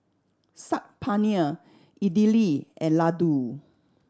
Saag Paneer Idili and Ladoo